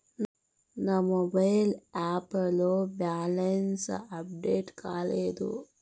నా mobile app లో balance update కాలేదు